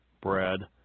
bread